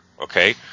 okay